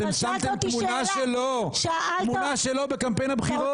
אתם שמתם תמונה שלו בקמפיין הבחירות.